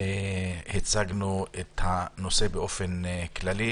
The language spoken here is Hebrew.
הצגנו את הנושא באופן כללי.